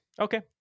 Okay